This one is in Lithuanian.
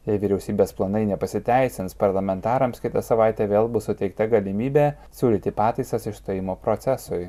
jei vyriausybės planai nepasiteisins parlamentarams kitą savaitę vėl bus suteikta galimybė siūlyti pataisas išstojimo procesui